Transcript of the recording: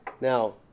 Now